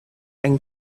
anh